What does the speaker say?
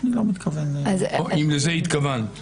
אם לזה התכוונת.